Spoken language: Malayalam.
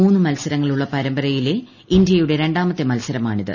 മൂന്ന് മത്സരങ്ങളുള്ള പരമ്പയിലെ ഇന്ത്യയുടെ രണ്ടാമത്തെ മത്സരമാണിത്